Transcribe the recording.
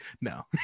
no